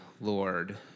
Lord